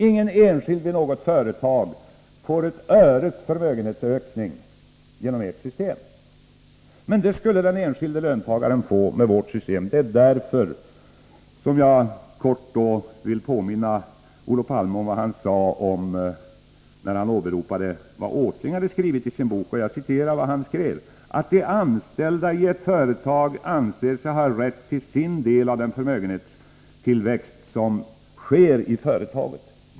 Ingen enskild vid något företag får ett öres förmögenhetsökning genom ert system. Men det skulle den enskilde löntagaren få med vårt system. Jag vill helt kort påminna Olof Palme om vad han sade, när han åberopade vad Åsling hade skrivit i sin bok. Han skrev att ”de anställda i ett företag anser sig ha rätt till sin del av den förmögenhetstillväxt som sker i företaget”.